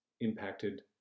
impacted